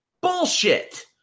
bullshit